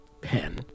pen